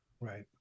right